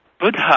Buddha